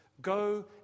Go